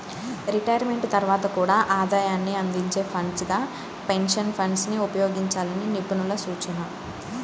retirement తర్వాత కూడా ఆదాయాన్ని అందించే ఫండ్స్ గా పెన్షన్ ఫండ్స్ ని ఉపయోగించాలని నిపుణుల సూచన